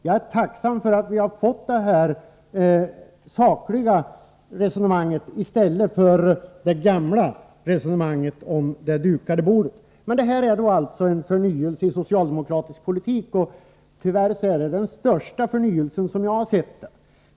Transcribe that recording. Jag är tacksam för att vi har fått den här sakliga bedömningen i stället för det gamla resonemanget om det dukade bordet. Det är en förnyelse i socialdemokratisk politik. Men tyvärr är det den största förnyelsen, som jag ser det.